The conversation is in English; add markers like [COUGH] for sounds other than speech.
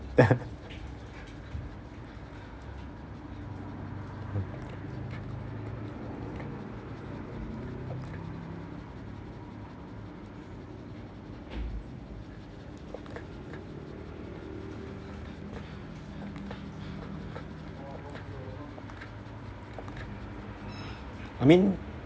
[LAUGHS] I mean